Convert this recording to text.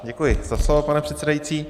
Děkuji za slovo, pane předsedající.